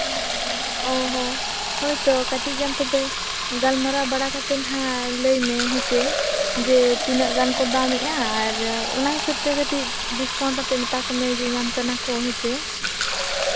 ᱚ ᱦᱚᱸ ᱦᱳᱭᱛᱳ ᱠᱟᱹᱴᱤᱡ ᱜᱟᱱ ᱛᱚᱵᱮ ᱜᱟᱞᱢᱟᱨᱟᱣ ᱵᱟᱲᱟ ᱠᱟᱛᱮᱫ ᱦᱟᱸᱜ ᱞᱟᱹᱭ ᱢᱮ ᱦᱮᱸᱥᱮ ᱡᱮ ᱛᱤᱱᱟᱹᱜ ᱜᱟᱱ ᱠᱚ ᱫᱟᱢ ᱮᱜᱼᱟ ᱟᱨ ᱚᱱᱟ ᱦᱤᱥᱟᱹᱵ ᱛᱮ ᱠᱟᱹᱴᱤᱡ ᱰᱤᱥᱠᱟᱣᱩᱱᱴ ᱠᱟᱛᱮᱫ ᱢᱮᱛᱟ ᱠᱚᱢᱮ ᱧᱟᱧᱟᱢ ᱠᱟᱱᱟ ᱠᱚ ᱦᱮᱸᱥᱮ